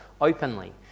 openly